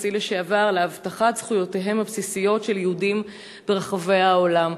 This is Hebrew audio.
הנשיא לשעבר: "להבטחת זכויותיהם הבסיסיות של יהודים ברחבי העולם".